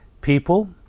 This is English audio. people